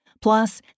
Plus